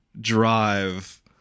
drive